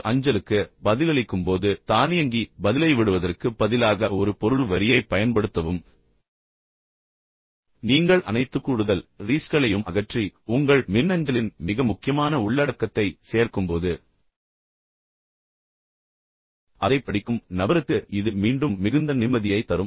ஒரு அஞ்சலுக்கு பதிலளிக்கும் போது தானியங்கி பதிலை விடுவதற்குப் பதிலாக ஒரு பொருள் வரியைப் பயன்படுத்தவும் இப்போது நீங்கள் அனைத்து கூடுதல் ரீஸ்களையும் அகற்றி பின்னர் உங்கள் மின்னஞ்சலின் மிக முக்கியமான உள்ளடக்கத்தை சேர்க்கும்போது அதைப் படிக்கும் நபருக்கு இது மீண்டும் மிகுந்த நிம்மதியைத் தரும்